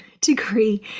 degree